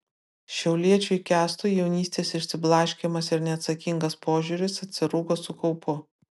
šiauliečiui kęstui jaunystės išsiblaškymas ir neatsakingas požiūris atsirūgo su kaupu